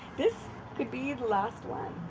this could be the last one.